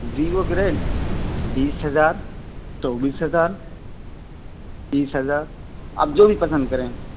view کے rate بیس ہزار چوبیس ہزار تیس ہزار آپ جو بھی پسند کریں